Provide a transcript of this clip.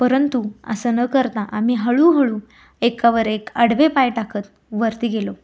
परंतु असं न करता आम्ही हळूहळू एकावर एक आडवे पाय टाकत वरती गेलो